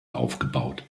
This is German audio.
aufgebaut